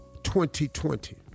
2020